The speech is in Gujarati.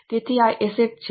તેથી આ એસેટ છે